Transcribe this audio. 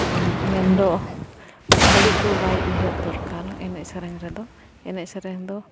ᱢᱮᱱᱫᱚ ᱵᱟᱹᱲᱤᱡ ᱫᱚ ᱵᱟᱭ ᱩᱭᱦᱟᱹᱨ ᱫᱚᱨᱠᱟᱨ ᱮᱱᱮᱡ ᱥᱮᱨᱮᱧ ᱨᱮᱫᱚ ᱮᱱᱮᱡ ᱥᱮᱨᱮᱧ ᱫᱚ